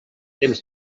temps